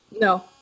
No